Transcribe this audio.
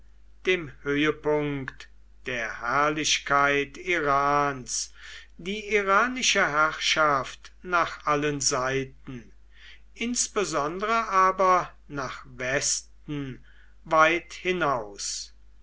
dem höhepunkt der herrlichkeit irans die iranische herrschaft nach allen seiten insbesondere aber nach westen weit hinaus